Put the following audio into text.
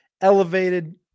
elevated